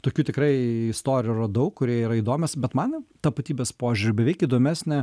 tokių tikrai istorijų radau kurie yra įdomios bet man tapatybės požiūriu beveik įdomesnė